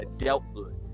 adulthood